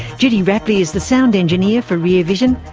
judy rapley is the sound engineer for rear vision.